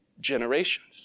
generations